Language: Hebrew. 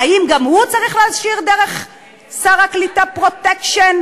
האם גם הוא צריך להשאיר דרך שר הקליטה "פרוטקשן"?